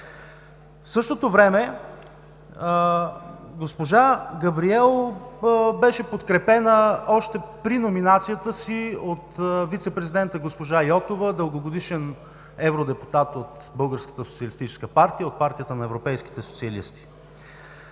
В същото време госпожа Габриел беше подкрепена още при номинацията си от вицепрезидента госпожа Йотова – дългогодишен евродепутат от Българската